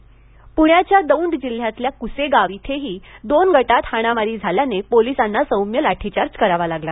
प्ण्याच्या दौंड जिल्ह्यातल्या कुसेगाव इथेही दोन गटांत हाणामारी झाल्याने पोलिसांना सौम्य लाठीचार्ज करावा लागला